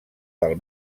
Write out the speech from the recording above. del